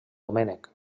domènec